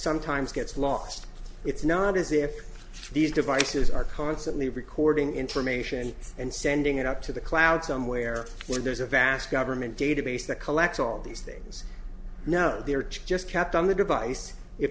sometimes gets lost it's not as if these devices are constantly recording information and sending it up to the cloud somewhere where there's a vast government database that collects all these things now they're just kept on the device if